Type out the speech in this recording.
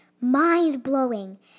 Mind-blowing